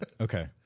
Okay